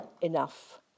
enough